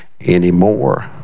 anymore